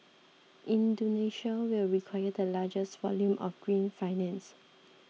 Indonesia will require the largest volume of green finance